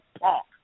park